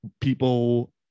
people